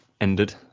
ended